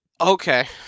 Okay